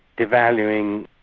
devaluing